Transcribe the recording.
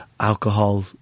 Alcohol